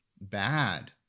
bad